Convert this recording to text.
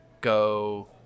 go